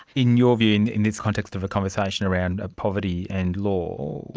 in your view in in this context of a conversation around poverty and law,